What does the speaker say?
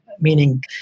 meaning